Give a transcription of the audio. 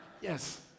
Yes